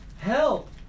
Help